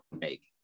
make